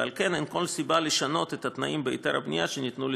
ועל כן אין כל סיבה לשנות את התנאים בהיתר הבנייה שניתנו לתוכנית.